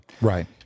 Right